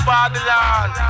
Babylon